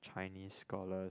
Chinese scholars